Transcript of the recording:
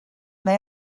may